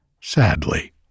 sadly